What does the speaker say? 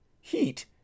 Heat